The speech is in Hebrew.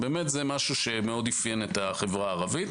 זה משהו שמאוד אפיין את החברה הערבית.